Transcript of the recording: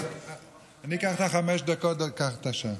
בבקשה.